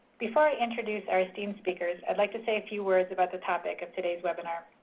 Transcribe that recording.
before i introduce our esteemed speakers, i'd like to say a few words about the topic of today's webinar.